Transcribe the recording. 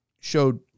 showed